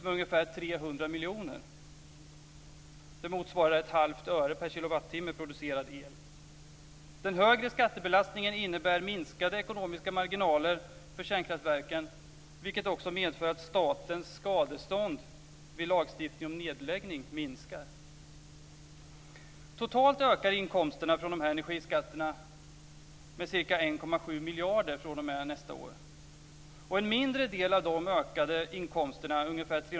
miljoner, vilket motsvarar 1⁄2 öre per kilowattimme producerad el. Den högre skattebelastningen innebär minskade ekonomiska marginaler för kärnkraftverken, vilket också medför att statens skadestånd vid lagstiftning om nedläggning minskar. Totalt ökar inkomsterna från dessa energiskatter med ca 1,7 miljarder fr.o.m. nästa år.